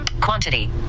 Quantity